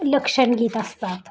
लक्षण गीत असतात